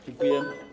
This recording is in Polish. Dziękuję.